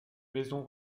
maison